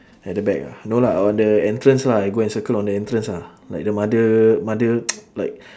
at the back ah no lah on the entrance lah I go and circle on the entrance lah like the mother mother like